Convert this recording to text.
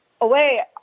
away